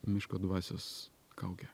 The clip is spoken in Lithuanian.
miško dvasios kaukė